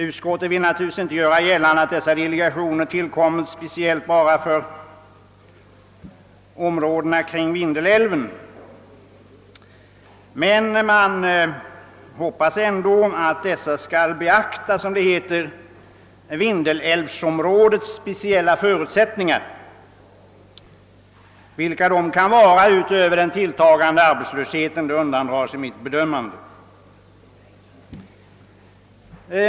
Utskottet vill nar turligtvis inte göra gällande att dessa delegationer tillkommit bara för om” rådena kring Vindelälven, men man hoppas ändå att dessa, som det heter, skall beakta vindelälvsområdets speciel Ja förutsättningar. Vilka dessa kan var ra utöver den tilltagande arbetslösheten undandrar sig mitt bedömande.